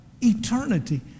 Eternity